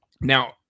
Now